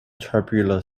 tubular